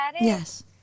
Yes